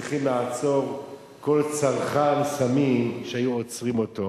שצריך לעצור כל צרכן סמים שהיו עוצרים אותו.